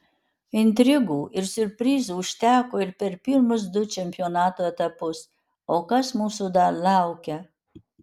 intrigų ir siurprizų užteko ir per pirmus du čempionato etapus o kas mūsų dar laukia